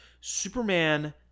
Superman